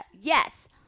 Yes